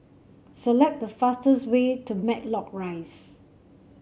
select the fastest way to Matlock Rise